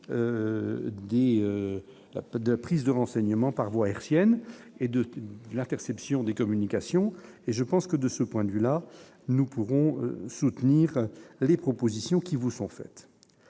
de prises de renseignements par voie aérienne et de l'interception des communications et je pense que de ce point de vue là nous pouvons soutenir les propositions qui vous sont faites,